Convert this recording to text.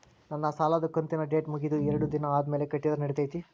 ನನ್ನ ಸಾಲದು ಕಂತಿನ ಡೇಟ್ ಮುಗಿದ ಎರಡು ದಿನ ಆದ್ಮೇಲೆ ಕಟ್ಟಿದರ ನಡಿತೈತಿ?